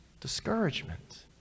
Discouragement